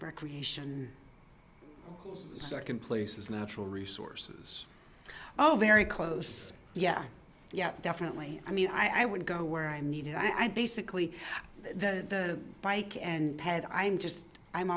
recreation second place is natural resources oh very close yeah yeah definitely i mean i would go where i'm needed i basically the bike and head i'm just i'm